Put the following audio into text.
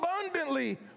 abundantly